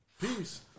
Peace